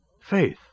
Faith